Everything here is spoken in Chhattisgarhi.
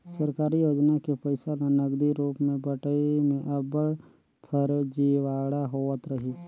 सरकारी योजना के पइसा ल नगदी रूप में बंटई में अब्बड़ फरजीवाड़ा होवत रहिस